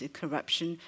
corruption